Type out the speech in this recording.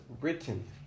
written